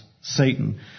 Satan